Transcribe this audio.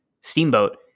steamboat